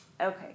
Okay